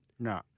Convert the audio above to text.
No